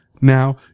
Now